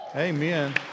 amen